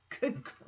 Good